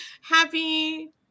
Happy